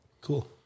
cool